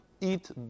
eat